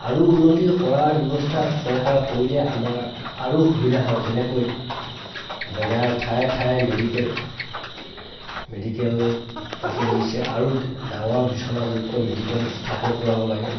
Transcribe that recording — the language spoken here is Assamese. আৰু উন্নতি কৰাৰ ব্যৱস্থাত চৰকাৰে কৰিলে আমাৰ আৰু সুবিধা হয় যেনেকৈ জেগাৰ ঠায়ে ঠায়ে মেডিকেল মেডিকেল পাতি দিছে আৰু ডাঙৰ বিচনাযুক্ত মেডিকেল স্থাপন কৰাব লাগে